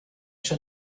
schon